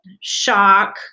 shock